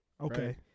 Okay